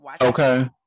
Okay